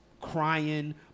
crying